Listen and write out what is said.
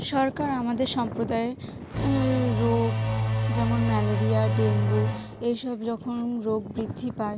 সরকার আমাদের সম্প্রদায়ের রোগ যেমন ম্যালেরিয়া ডেঙ্গু এই সব যখন রোগ বৃদ্ধি পায়